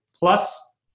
plus